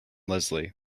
lesley